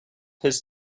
his